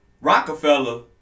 Rockefeller